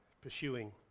pursuing